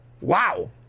Wow